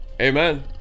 amen